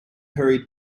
hurried